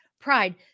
pride